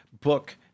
book